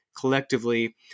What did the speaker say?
collectively